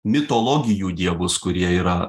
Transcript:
mitologijų dievus kurie yra